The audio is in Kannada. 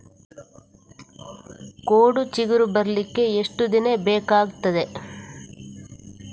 ಕೋಡು ಚಿಗುರು ಬರ್ಲಿಕ್ಕೆ ಎಷ್ಟು ದಿನ ಬೇಕಗ್ತಾದೆ?